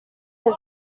had